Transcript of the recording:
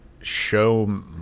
show